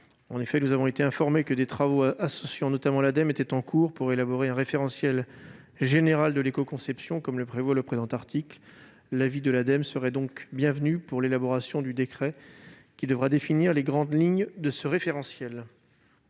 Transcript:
En effet, nous avons été informés que des travaux, associant notamment l'Ademe, étaient en cours pour élaborer un référentiel général de l'écoconception, comme le prévoit le présent article. L'avis de cette dernière serait donc bienvenu pour élaborer le décret qui devra définir les grandes lignes de ce référentiel.